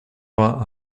vingt